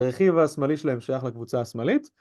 הרכיב השמאלי שלהם שייך לקבוצה השמאלית.